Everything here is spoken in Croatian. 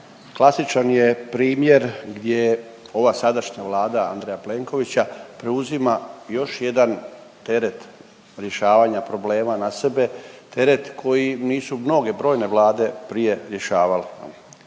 klasičan je primjer gdje ova sadašnja Vlada Andreja Plenkovića preuzima još jedan teret rješavanja problema na sebe, teret koji nisu mnoge brojne vlade prije rješavale.